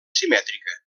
simètrica